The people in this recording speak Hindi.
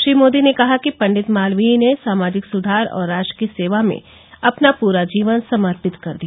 श्री मोदी ने कहा कि पंडित मालवीय ने सामाजिक सुधार और राष्ट्र की सेवा में अपना पूरा जीवन समर्पित कर दिया